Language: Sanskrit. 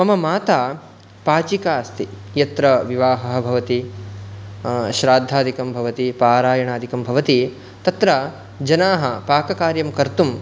मम माता पाचिका अस्ति यत्र विवाहः भवति श्राद्धादिकं भवति पारायणादिकं भवति तत्र जनाः पाककार्यं कर्तुं